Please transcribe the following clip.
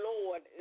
Lord